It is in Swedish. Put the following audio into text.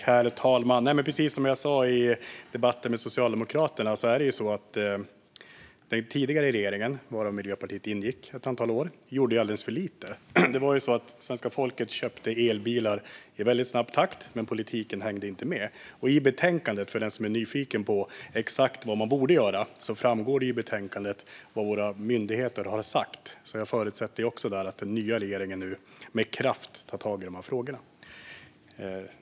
Herr talman! Precis som jag sa i debatten med Socialdemokraterna gjorde den tidigare regeringen, där Miljöpartiet ingick i ett antal år, alldeles för lite. Svenska folket köpte elbilar i väldigt snabb takt, men politiken hängde inte med. För den som är nyfiken på exakt vad man borde göra framgår det i betänkandet vad våra myndigheter har sagt. Jag förutsätter att den nya regeringen nu med kraft tar tag i de här frågorna.